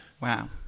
Wow